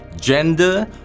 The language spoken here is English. gender